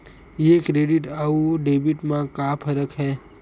ये क्रेडिट आऊ डेबिट मा का फरक है?